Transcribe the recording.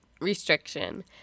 restriction